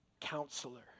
counselor